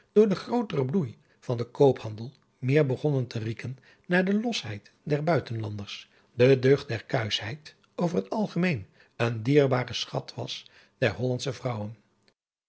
door den grooteren bloei van den koophandel meer begonnen te rieken naar de losheid der buitenlanders de deugd der kuischheid over het algemeen een dierbare schat was der hollandsche vrouwen